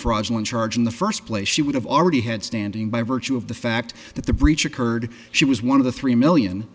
fraudulent charge in the first place she would have already had standing by virtue of the fact that the breach occurred she was one of the three million